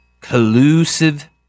Collusive